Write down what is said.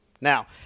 Now